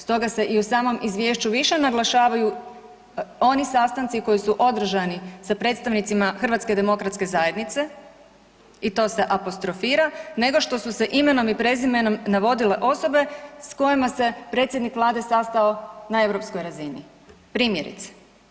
Stoga se i u samom izvješću više naglašavaju oni sastanci koji su održani sa predstavnicima HDZ-a i to se apostrofira nego što su se imenom i prezimenom navodile osobe s kojima se predsjednik vlade sastao na europskoj razini, primjerice.